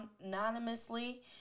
anonymously